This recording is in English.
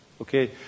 okay